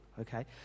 okay